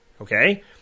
Okay